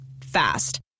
Fast